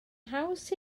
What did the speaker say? haws